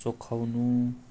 चोख्याउनु